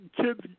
kids